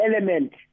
element